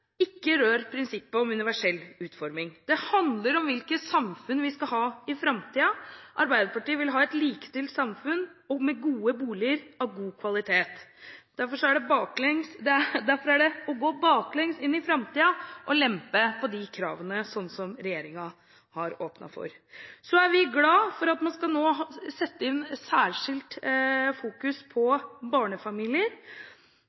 Ikke rør prinsippet om universell utforming. Det handler om hvilket samfunn vi skal ha i framtiden. Arbeiderpartiet vil ha et likestilt samfunn, med gode boliger av god kvalitet. Derfor er det å gå baklengs inn i framtiden å lempe på disse kravene, slik regjeringen har åpnet for. Vi er glade for at man nå skal fokusere særskilt på barnefamilier. Bolig og bomiljø har innvirkning på velferden til barn her og nå,